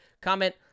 comment